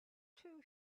two